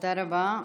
תודה רבה.